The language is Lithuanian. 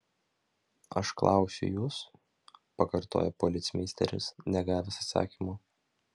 aš klausiu jus pakartojo policmeisteris negavęs atsakymo